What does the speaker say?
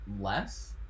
less